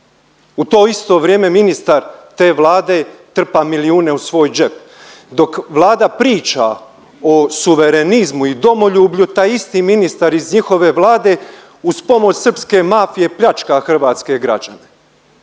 u to isto vrijeme ministar te Vlade trpa milijune u svoj džep. Dok Vlada priča o suverenizmu i domoljublju, taj isti ministar iz njihove Vlade uz pomoć srpske mafije pljačka hrvatske građane.